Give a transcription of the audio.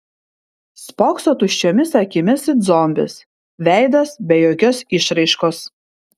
spokso tuščiomis akimis it zombis veidas be jokios išraiškos